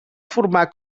formar